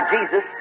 Jesus